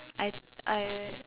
I I